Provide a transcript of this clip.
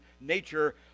nature